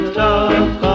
talk